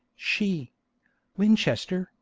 she winchester,